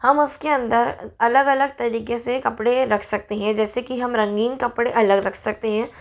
हम उसके अंदर अलग अलग तरीक़े से कपड़े रख सकते हैं जैसे कि हम रंगीन कपड़े अलग रख सकते हैं